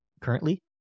currently